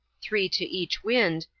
three to each wind,